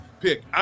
pick